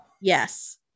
Yes